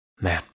Man